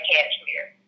Cashmere